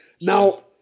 Now